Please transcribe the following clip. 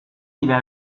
dira